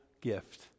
gift